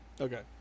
Okay